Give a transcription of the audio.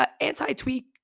Anti-tweak